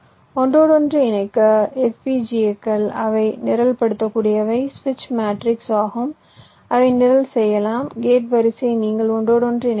ஒன்றோடொன்று இணைக்க FPGA கள் அவை நிரல்படுத்தக்கூடிய சுவிட்ச் மேட்ரிக்ஸ் ஆகும் அவை நிரல் செய்யலாம் கேட் வரிசை நீங்கள் ஒன்றோடொன்று இணைக்க வேண்டும்